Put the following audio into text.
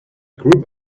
group